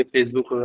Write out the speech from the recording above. Facebook